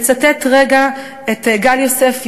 לצטט רגע את גל יוסף,